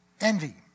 Envy